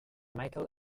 michael